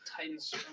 Titans